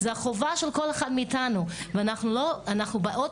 זה החובה של כל אחד מאיתנו ואנחנו באות